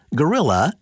gorilla